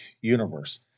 universe